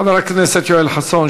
חבר הכנסת יואל חסון,